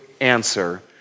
answer